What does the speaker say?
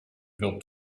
wilt